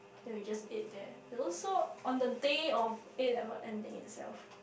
then we just ate there there also on the day of A-level end day itself